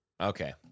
Okay